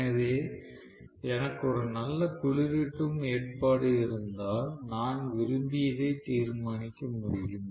எனவே எனக்கு ஒரு நல்ல குளிரூட்டும் ஏற்பாடு இருந்தால் நான் விரும்பியதை தீர்மானிக்க முடியும்